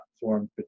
formed